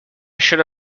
should